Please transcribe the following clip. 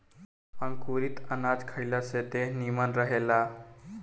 अंकुरित अनाज खइला से देह निमन रहेला